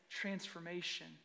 transformation